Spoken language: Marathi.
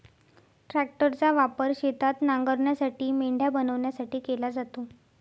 ट्रॅक्टरचा वापर शेत नांगरण्यासाठी, मेंढ्या बनवण्यासाठी केला जातो